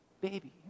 baby